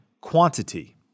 quantity